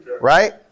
right